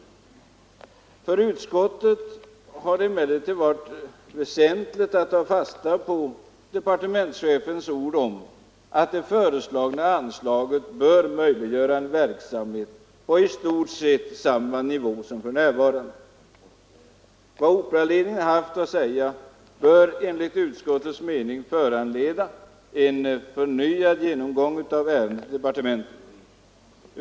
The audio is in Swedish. För utskottet har det emellertid varit väsentligt att ta fasta på departementschefens ord om att det föreslagna anslaget bör möjliggöra för teatern att bedriva en verksamhet på i stort sett samma nivå som för närvarande. Vad Operaledningen haft att säga bör enligt utskottets mening föranleda en förnyad genomgång av ärendet i departementet.